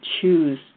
choose